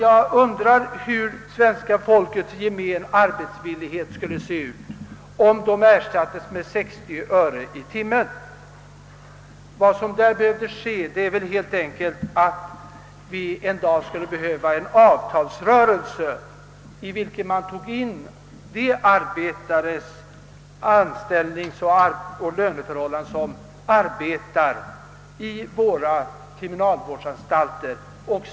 Man undrar emellertid om svenska folket i gemen skulle vilja arbeta om det ersattes med 60 öre i timmen. Vad som härvidlag behövs är väl helt enkelt att det en dag kommer till stånd en avtalsrörelse i vilken man tar in de arbetares anställningsoch löneförhållanden som utför arbete vid våra kriminalvårdsanstalter.